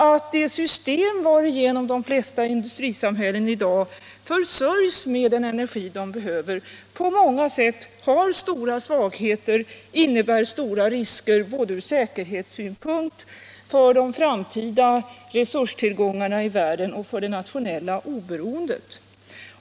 Att de system varigenom de flesta industrisamhällen i dag försörjs med den energi de behöver på många sätt har stora svagheter, som innebär stora risker från säkerhetssynpunkt, för de framtida resurstillgångarna i världen och för det nationella oberoendet.